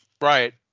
Right